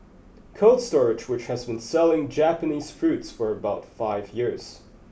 Cold Storag which has been selling Japanese fruits for about five years